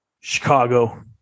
Chicago